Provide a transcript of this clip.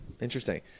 Interesting